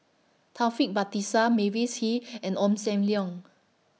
Taufik Batisah Mavis Hee and Ong SAM Leong